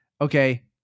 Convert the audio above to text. okay